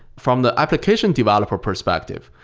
from the application developer perspective,